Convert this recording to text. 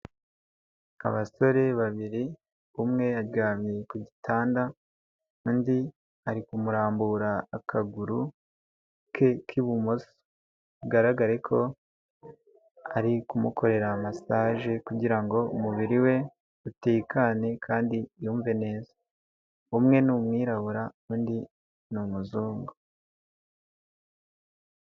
Abasore babiri, umwe aryamye ku gitanda, undi ari kumurambura akaguru ke k'ibumoso. Bigaragare ko ari kumukorera masaje, kugira ngo umubiri we utekane, kandi yumve neza. Umwe ni umwirabur, undi ni umuzungu.